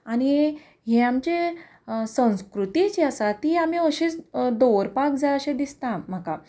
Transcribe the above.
आनी हें आमचें संस्कृती जी आसा ती आमी अशीच दवरपाक जाय अशें दिसता म्हाका